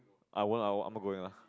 I won't I won't I'm not going ah